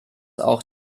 auch